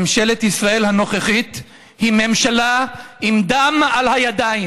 ממשלת ישראל הנוכחית היא ממשלה עם דם על הידיים.